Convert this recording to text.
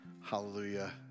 hallelujah